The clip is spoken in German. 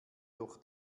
durch